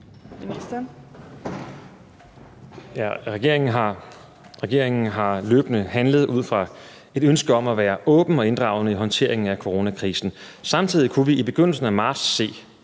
Regeringen har løbende handlet ud fra et ønske om at være åben og inddragende i håndteringen af coronakrisen. Samtidig kunne vi i begyndelsen af marts se,